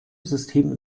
system